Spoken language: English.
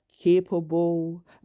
capable